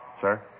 Sir